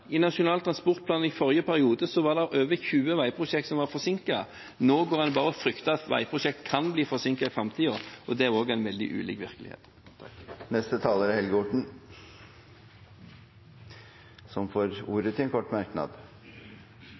i Nasjonal transportplan i forrige periode var det over 20 veiprosjekt som var forsinket. Nå går en bare og frykter at veiprosjekter kan bli forsinket i framtiden, og det er også en veldig ulik virkelighet. Representanten Helge Orten har hatt ordet to ganger tidligere og får ordet til en kort merknad,